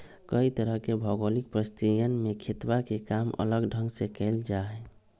कई तरह के भौगोलिक परिस्थितियन में खेतवा के काम अलग ढंग से कइल जाहई